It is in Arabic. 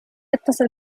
اتصل